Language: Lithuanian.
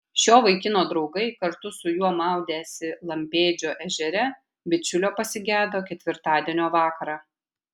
šio vaikino draugai kartu su juo maudęsi lampėdžio ežere bičiulio pasigedo ketvirtadienio vakarą